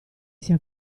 sia